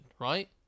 right